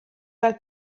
fel